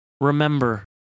Remember